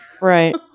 Right